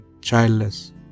childless